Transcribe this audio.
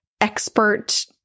expert